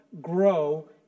grow